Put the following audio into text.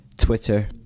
twitter